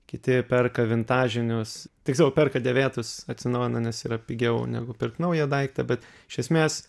kiti perka vintažinius tiesiog perka dėvėtus atsinaujina nes yra pigiau negu pirkt naują daiktą bet iš esmės